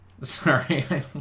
Sorry